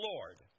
Lord